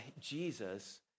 Jesus